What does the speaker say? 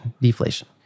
deflation